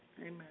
Amen